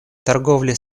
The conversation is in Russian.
торговлей